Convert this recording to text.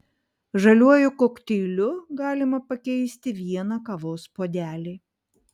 žaliuoju kokteiliu galima pakeisti vieną kavos puodelį